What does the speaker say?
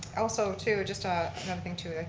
also too, just ah something to,